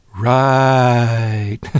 right